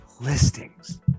Listings